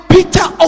Peter